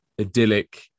idyllic